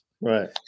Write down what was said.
Right